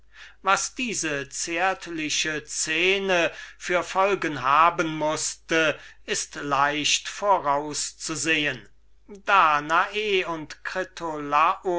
was diese zärtliche szene für folgen haben mußte danae und